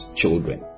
children